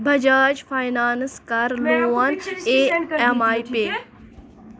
Bajaj finance کَر loan E M I pay